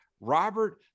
Robert